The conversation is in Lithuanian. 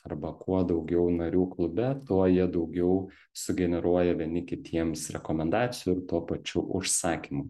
arba kuo daugiau narių klube tuo jie daugiau sugeneruoja vieni kitiems rekomendacijų ir tuo pačiu užsakymų